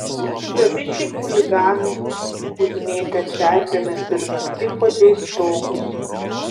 dabišiai chuliganai užmėtę čerpėmis ir naktipuodžiais stogus